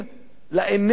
העיקריים לאנרגיה,